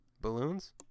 Balloons